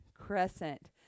crescent